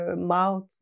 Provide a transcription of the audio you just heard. mouth